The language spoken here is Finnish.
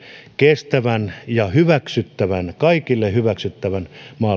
kestävän ja hyväksyttävän kaikille hyväksyttävän mallin